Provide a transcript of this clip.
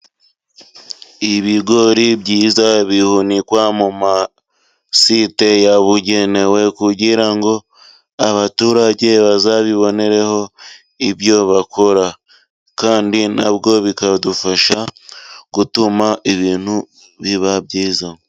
Ibigori byiza bihunikwa mu masite yabugenewe, kugira ngo abaturage bazabibonereho ibyo bakora ,kandi na bwo bikadufasha gutuma ibintu biba byiza.